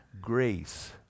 grace